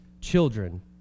children